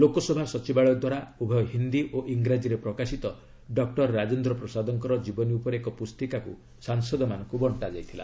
ଲୋକସଭା ସଚିବାଳୟଦ୍ୱାରା ଉଭୟ ହିନ୍ଦୀ ଓ ଇଂରାଜୀରେ ପ୍ରକାଶିତ ଡକ୍କର ରାଜେନ୍ଦ୍ର ପ୍ରସାଦଙ୍କର ଜୀବନୀ ଉପରେ ଏକ ପୁସ୍ତିକାକୁ ସାଂସଦମାନଙ୍କୁ ବଣ୍ଟ୍ରା ଯାଇଥିଲା